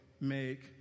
make